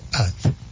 earth